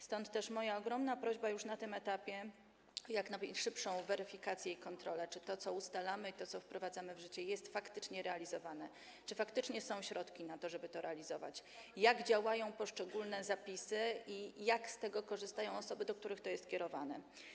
Stąd też moja ogromna prośba już na tym etapie o jak najszybszą weryfikację i kontrolę, czy to, co ustalamy, i to, co wprowadzamy w życie, jest faktycznie realizowane, czy faktycznie są środki na to, żeby to realizować, jak działają poszczególne zapisy i jak z tego korzystają osoby, do których to jest kierowane.